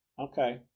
Okay